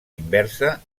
inversa